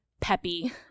peppy